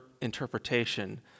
interpretation